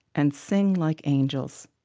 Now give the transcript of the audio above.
and sing like angels.